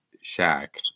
shack